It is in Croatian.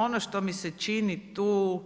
Ono što mi se čini tu